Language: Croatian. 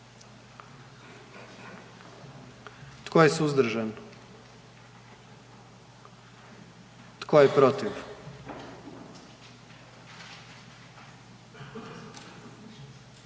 Tko je suzdržan? I tko je protiv?